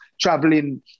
traveling